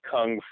Kung